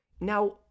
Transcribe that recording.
Now